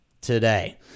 today